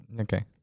Okay